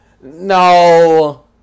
No